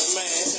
man